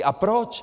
A proč?